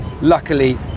luckily